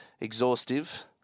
exhaustive